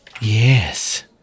Yes